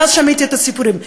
ואז שמעתי את הסיפורים מערבים,